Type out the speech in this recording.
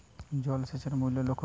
জল সেচের মূল লক্ষ্য কী?